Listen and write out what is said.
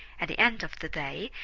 at the end of the day,